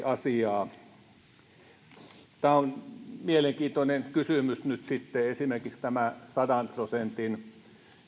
asiaa on mielenkiintoinen kysymys nyt sitten esimerkiksi tämä sadan prosentin